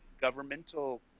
governmental